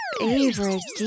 favorite